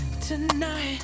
Tonight